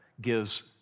gives